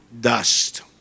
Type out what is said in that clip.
Dust